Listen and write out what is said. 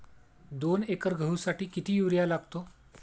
दोन एकर गहूसाठी किती युरिया लागतो?